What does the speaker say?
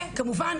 וכמובן,